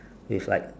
with like